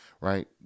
right